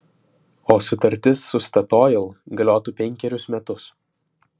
o sutartis su statoil galiotų penkerius metus